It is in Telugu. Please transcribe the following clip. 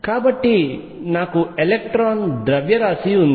కాబట్టి నాకు ఎలక్ట్రాన్ ద్రవ్యరాశి ఉంది